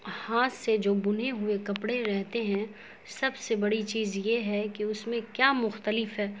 ہاتھ سے جو بنے ہوئے کپڑے رہتے ہیں سب سے بڑی چیز یہ ہے کہ اس میں کیا مختلف ہے